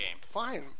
Fine